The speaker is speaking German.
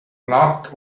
blatt